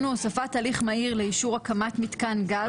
הוא הוספת הליך מהיר לאישור הקמת מתקן גז.